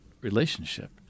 relationship